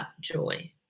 joy